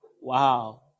Wow